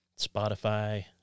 Spotify